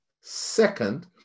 second